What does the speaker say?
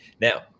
Now